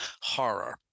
horror